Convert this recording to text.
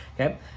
okay